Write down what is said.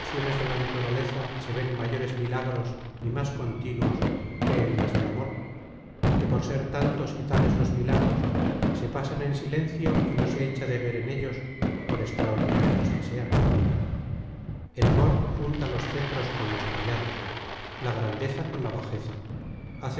de la naturaleza se ven mayores milagros ni más continuos que en las del amor que por ser tantos y en ellos por extraordinarios que sean el amor junta los cetros con los cayados la grandeza con la bajeza hace